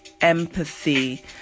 empathy